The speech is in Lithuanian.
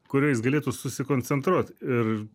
kurioj jis galėtų susikoncentruot ir